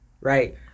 right